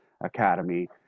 Academy